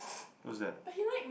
what's that